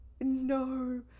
No